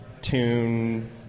tune